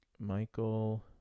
Michael